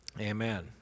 Amen